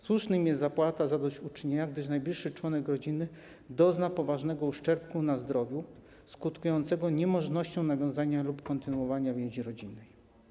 Słuszna jest zapłata zadośćuczynienia, gdy najbliższy członek rodziny doznał poważnego uszczerbku na zdrowiu skutkującego niemożnością nawiązania lub kontynuowania więzi rodzinnej.